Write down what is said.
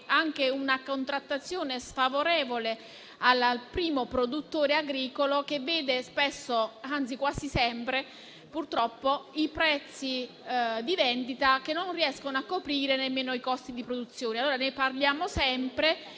e da una contrattazione sfavorevole al primo produttore agricolo, che vede spesso, anzi quasi sempre, purtroppo, i prezzi di vendita non riuscire a coprire nemmeno i costi di produzione. Ne parliamo sempre,